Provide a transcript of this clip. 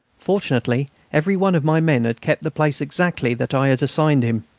fortunately every one of my men had kept the place exactly that i had assigned him.